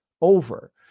over